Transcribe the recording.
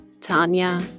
Tanya